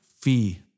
fee